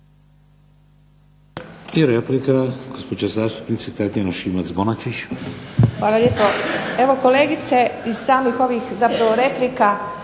Hvala